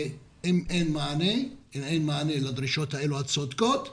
ואם אין מענה לדרישות הצודקות האלה,